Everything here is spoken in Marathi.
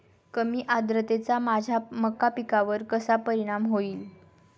कमी आर्द्रतेचा माझ्या मका पिकावर कसा परिणाम होईल?